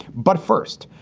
but first,